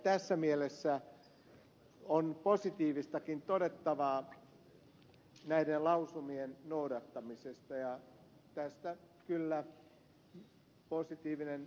tässä mielessä on positiivistakin todettavaa näiden lausumien noudattamisesta ja tästä kyllä positiivinen viesti ympäristöministeriöön